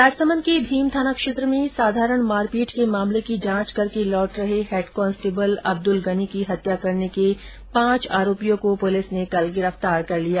राजसमंद के भीम थाना क्षेत्र में साधारण मारपीट के मामले की जांच करके लौट रहे हैड कांस्टेबल अब्दुल गनी की हत्या करने के पांच आरोपियों को पुलिस ने कल गिरफ्तार कर लिया